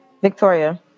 Victoria